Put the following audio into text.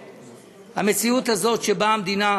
התבשרנו על ידי המשרד להגנת הסביבה